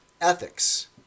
ethics